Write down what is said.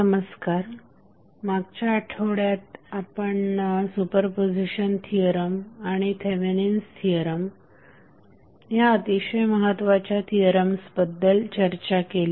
नमस्कार मागच्या आठवड्यात आपण सुपरपोझिशन थिअरम आणि थेवेनिन्स थिअरम ह्या अतिशय महत्त्वाच्या थिअरम्स बद्दल चर्चा केली